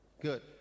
Good